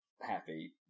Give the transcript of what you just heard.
happy